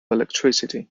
electricity